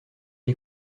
est